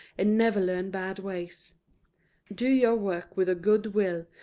and never learn bad ways do your work with a good will,